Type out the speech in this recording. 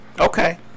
Okay